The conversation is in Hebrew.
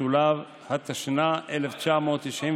התשנ"ה 1995,